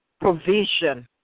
provision